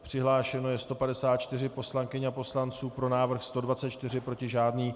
Přihlášeno je 154 poslankyň a poslanců, pro návrh 124, proti žádný.